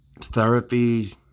therapy